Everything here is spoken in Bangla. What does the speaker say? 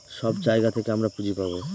সব জায়গা থেকে আমরা পুঁজি পাবো